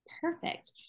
Perfect